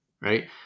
Right